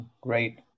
Great